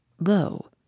low